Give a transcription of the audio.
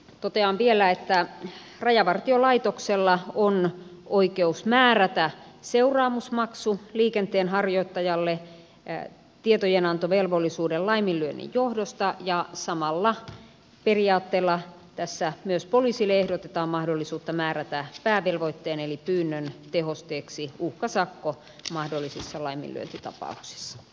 totean vielä että rajavartiolaitoksella on oikeus määrätä seuraamusmaksu liikenteenharjoittajalle tietojenantovelvollisuuden laiminlyönnin johdosta ja samalla periaatteella tässä myös poliisille ehdotetaan mahdollisuutta määrätä päävelvoitteen eli pyynnön tehosteeksi uhkasakko mahdollisissa laiminlyöntitapauksissa